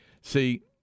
See